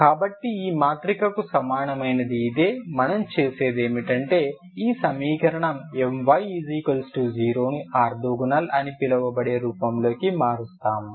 కాబట్టి ఈ మాత్రికకు సమానమైనది ఇదే మనం చేసేది ఏమిటంటే ఈ సమీకరణం My 0 ని ఆర్తోగోనల్ అని పిలువబడే రూపంలోకి మారుస్తాము